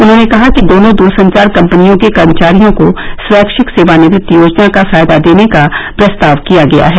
उन्होंने कहा कि दोनों दूरसंचार कम्पनियों के कर्मचारियों को स्वैच्छिक सेवानिवृत्ति योजना का फायदा देने का प्रस्ताव किया गया है